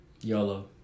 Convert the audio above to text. YOLO